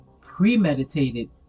premeditated